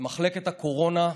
במחלקת הקורונה,